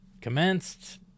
commenced